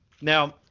Now